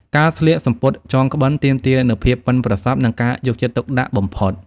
ការស្លៀកសំពត់ចងក្បិនទាមទារនូវភាពប៉ិនប្រសប់និងការយកចិត្តទុកដាក់បំផុត។